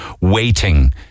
waiting